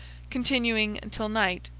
continuing until night,